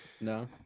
No